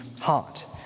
heart